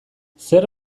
zer